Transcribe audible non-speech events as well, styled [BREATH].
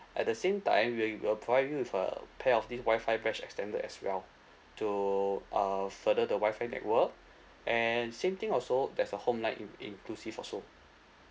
at the same time we will we'll provide you with a pair of this WI-FI mesh extender as well to uh further the WI-FI network [BREATH] and same thing also there's a home line in inclusive also